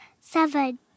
seven